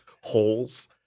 holes